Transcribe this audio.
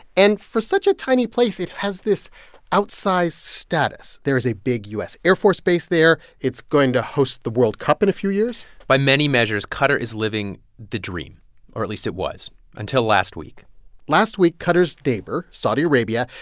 and for such a tiny place, it has this outsized status. there is a big u s. air force base there. it's going to host the world cup in a few years by many measures, qatar is living the dream or at least it was until last week last week, qatar's neighbor, saudi arabia,